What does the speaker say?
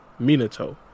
Minato